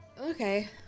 okay